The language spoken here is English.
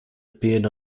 appeared